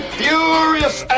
furious